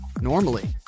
Normally